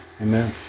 amen